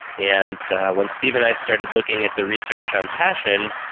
and when steve and i started looking at the research on passion,